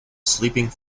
sleeping